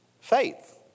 faith